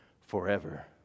forever